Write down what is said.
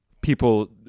people